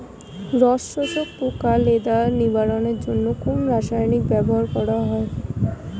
রস শোষক পোকা লেদা নিবারণের জন্য কোন রাসায়নিক ব্যবহার করা হয়?